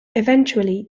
eventually